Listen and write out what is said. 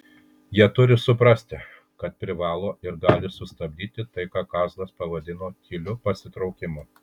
jie turi suprasti kad privalo ir gali sustabdyti tai ką kazlas pavadino tyliu pasitraukimu